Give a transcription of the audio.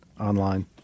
online